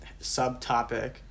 subtopic